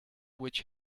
which